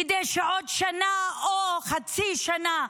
כדי שעוד שנה או חצי שנה,